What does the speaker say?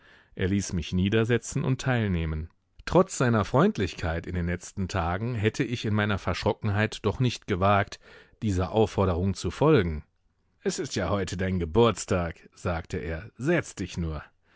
er ließ mich niedersetzen und teilnehmen trotz seiner freundlichkeit in den letzten tagen hätte ich in meiner verschrockenheit doch nicht gewagt dieser aufforderung zu folgen es ist ja heute dein geburtstag sagte er setz dich nur